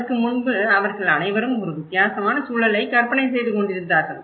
அதற்கு முன்பு அவர்கள் அனைவரும் ஒரு வித்தியாசமான சூழலைக் கற்பனை செய்து கொண்டிருந்தார்கள்